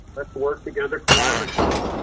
let's work together collaboratively.